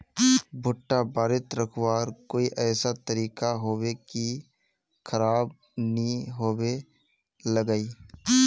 भुट्टा बारित रखवार कोई ऐसा तरीका होबे की खराब नि होबे लगाई?